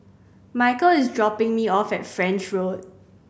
Michale is dropping me off at French Road